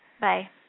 Bye